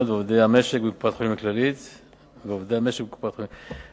בבתי-המשפט ועובדי המשק בקופת-חולים "כללית".